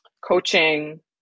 coaching